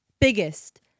biggest